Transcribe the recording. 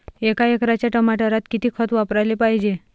एका एकराच्या टमाटरात किती खत वापराले पायजे?